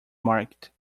marked